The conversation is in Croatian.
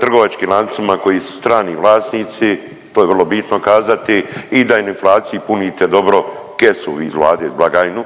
trgovačkim lancima koji su strani vlasnici, to je vrlo bitno kazati i da im u inflaciji punite dobro kesu vi iz Vlade, blagajnu